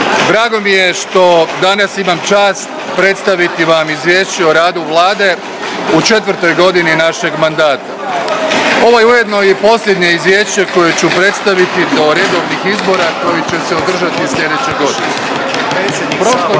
drago mi je što danas imam čast predstaviti vam Izvješće o radu Vlade u četvrtoj godini našeg mandata. Ovo je ujedno i posljednje izvješće koje ću predstaviti do redovnih izbora koji će se održati slijedeće godine. Prošlog